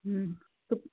ಹ್ಞೂಂ